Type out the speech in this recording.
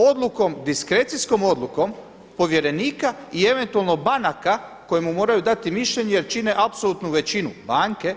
Odlukom, diskrecijskom odlukom povjerenika i eventualno banaka koje mu moraju dati mišljenje jer čine apsolutnu većinu banke